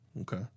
okay